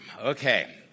Okay